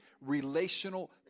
relational